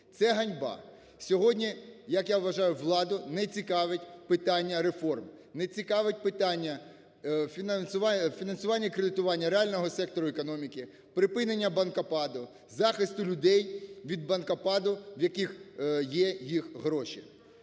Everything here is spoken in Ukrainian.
Це ганьба! Сьогодні, як я вважаю, владу не цікавить питання реформ, не цікавить питання фінансування, кредитування реального сектору економіки, припинення банкопаду, захисту людей від банкопаду, в яких є їх гроші.